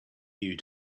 you